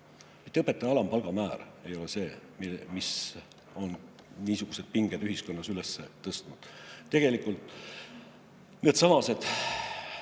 Õpetaja alampalga määr ei ole see, mis on niisugused pinged ühiskonnas üles tõstnud. Tegelikult on [põhjuseks]